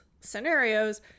scenarios